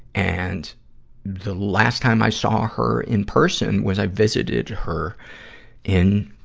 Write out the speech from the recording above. and the last time i saw her in person was i visited her in,